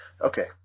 Okay